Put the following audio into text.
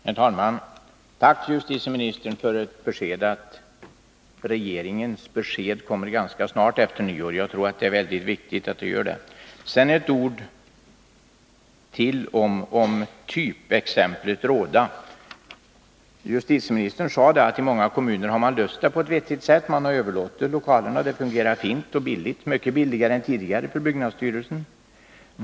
Herr talman! Tack, herr justitieminister, för uppgiften att regeringens besked kommer ganska snart efter nyår. Jag tror att det är mycket viktigt. Jag vill säga några ord till om typexemplet Råda. Justitieministern sade att man i många kommuner löst problemet på ett vettigt sätt. Man har överlåtit lokalerna, och det fungerar fint och är billigt — mycket billigare än tidigare för byggnadsstyrelsen.